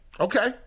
Okay